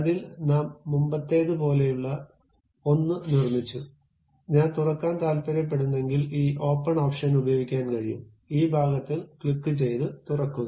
അതിൽ നാം മുമ്പത്തേതുപോലെയുള്ള ഒന്ന് നിർമ്മിച്ചു ഞാൻ തുറക്കാൻ താൽപ്പര്യപ്പെടുന്നെങ്കിൽ ഈ ഓപ്പൺ ഓപ്ഷൻ ഉപയോഗിക്കാൻ കഴിയും ആ ഭാഗത്തിൽ ക്ലിക്കുചെയ്ത് തുറക്കുക